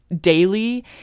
daily